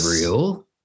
real